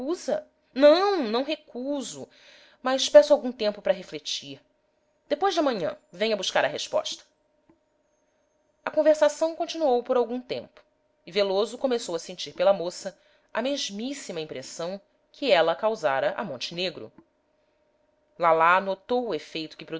recusa não não recuso mas peço algum tempo para refletir depois de amanhã venha buscar a resposta a conversação continuou por algum tempo e veloso começou a sentir pela moça a mesmíssima impressão que ela causara a montenegro lalá notou o efeito que